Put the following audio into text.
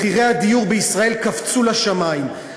מחירי הדיור בישראל קפצו לשמים.